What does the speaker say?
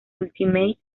ultimate